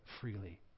freely